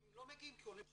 הם לא מגיעים כעולים חדשים,